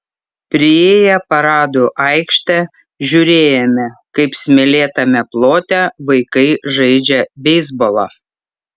priėję paradų aikštę žiūrėjome kaip smėlėtame plote vaikai žaidžia beisbolą